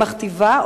היא מכתיבה,